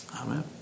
Amen